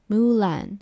Mulan